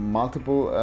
multiple